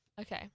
Okay